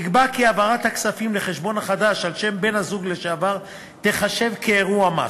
נקבע כי העברת הכספים לחשבון החדש על שם בן-הזוג לשעבר תיחשב אירוע מס,